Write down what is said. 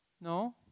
No